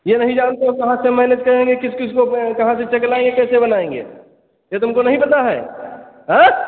यह नहीं जानते हो कहाँ से मैनेज करेंगे किस किस को कहाँ से चेक लाएंगे कैसे बनाएंगे यह तुमको नहीं पता है हाँ